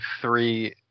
three